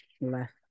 left